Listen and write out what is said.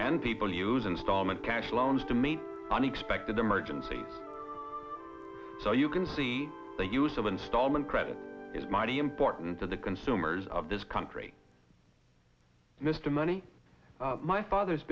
and people use installment cash loans to meet unexpected emergency so you can see the use of installment credit is mighty important to the consumers of this country mr money my father